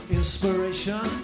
inspiration